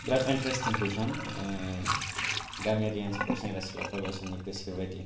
बिरात इन्टारेस्टिं कुइशन गामियारि आनसोलफ्राव सेंग्रा सिख्लाफ्रा गावसोरनि गोसो बायदि